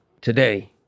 today